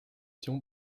tian